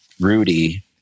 Rudy